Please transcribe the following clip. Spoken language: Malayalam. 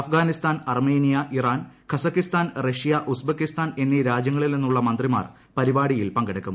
Afghanistan Armenia Iran Kazakhstan Russia Uzbekistan എന്നീ രാജ്യങ്ങളിൽ നിന്നുള്ള മന്ത്രിമാർ പരിപാടിയിൽ പങ്കെടുക്കും